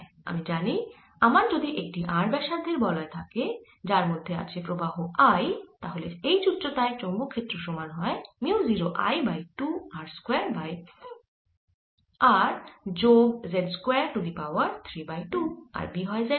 আমি জানি আমার যদি একটি r ব্যাসার্ধের বলয় থাকে যার মধ্যে আছে প্রবাহ I তাহলে h উচ্চতায় চৌম্বক ক্ষেত্র সমান হয় mu 0 I by 2 r square by r square যোগ z square to the power 3 বাই 2 আর B হয় z দিকে